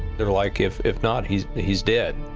they were, like, if if not, he's he's dead.